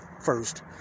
first